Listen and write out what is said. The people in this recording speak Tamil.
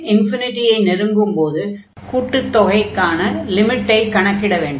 n ஐ நெருங்கும்போது கூட்டுத் தொகைக்கான லிமிட்டை கணக்கிட வேண்டும்